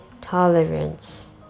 tolerance